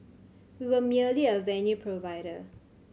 we were merely a venue provider